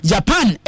Japan